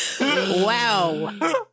Wow